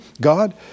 God